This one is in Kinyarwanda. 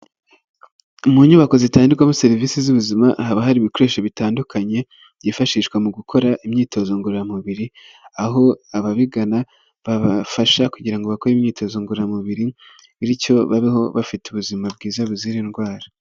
Mu nyubako zitangirwakwaho serivisi z'ubuzima, haba hari ibikoresho bitandukanye byifashishwa mu gukora imyitozo ngororamubiri, aho ababigana babafasha kugira ngo bakore imyitozo ngororamubiri, bityo babeho bafite ubuzima bwiza buzira indwara.